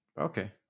Okay